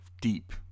deep